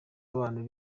abantu